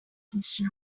cuffia